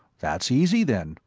that's easy, then,